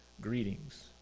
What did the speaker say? greetings